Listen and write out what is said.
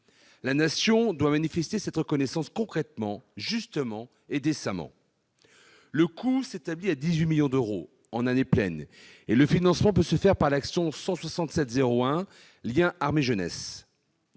La Nation doit manifester cette reconnaissance concrètement, justement et décemment. Le coût s'établit à 18 millions d'euros en année pleine et le financement peut se faire par l'action n° 01, Liens armées-jeunesse,